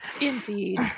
Indeed